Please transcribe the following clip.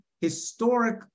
historic